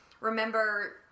remember